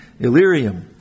Illyrium